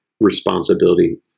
Responsibility